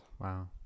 Wow